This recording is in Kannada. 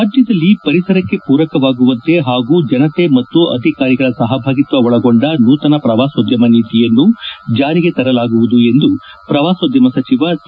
ರಾಜ್ಯದಲ್ಲಿ ಪರಿಸರಕ್ಕೆ ಪೂರಕವಾಗುವಂತೆ ಹಾಗೂ ಜನತೆ ಮತ್ತು ಅಧಿಕಾರಿಗಳ ಸಹಭಾಗಿತ್ವ ಒಳಗೊಂಡ ನೂತನ ಪ್ರವಾಸೋದ್ಯಮ ನೀತಿಯನ್ನು ಜಾರಿಗೆ ತರಲಾಗುವುದು ಎಂದು ಪ್ರವಾಸೋದ್ಯಮ ಸಚಿವ ಸಿ